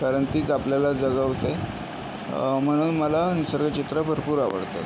कारण तीच आपल्याला जगवते म्हणून मला निसर्ग चित्रं भरपूर आवडतात